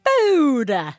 Food